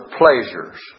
pleasures